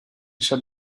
shut